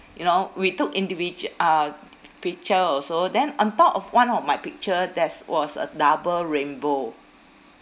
you know we took individua~ uh picture also then on top of one of my picture there's was a double rainbow